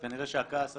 כנראה שהכעס עזר,